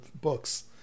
books